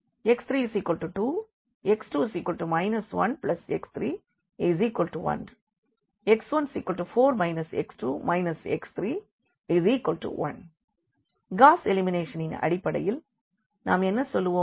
x32 x2 1x31 x14 x2 x31 Gauss எலிமினேஷனின் அடிப்படையில் நாம் என்ன சொல்வோம்